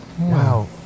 Wow